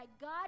God